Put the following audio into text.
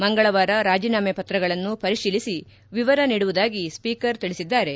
ಮಂಗಳವಾರ ರಾಜೀನಾಮೆ ಪತ್ರಗಳನ್ನು ಪರಿಶೀಲಿಸಿ ವಿವರ ನೀಡುವುದಾಗಿ ಸ್ವೀಕರ್ ತಿಳಿಸಿದ್ದಾರೆ